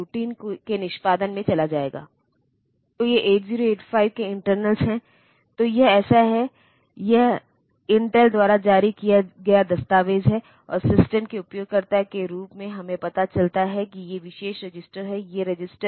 तो इस तरह यह उस ऑपरेशन को बता रहा है जिसे हम करना चाहते हैं तो यह असेंबली लैंग्वेज प्रोग्राम या असेंबली लैंग्वेज स्टेटमेंट